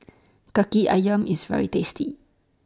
Kaki Ayam IS very tasty